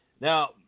Now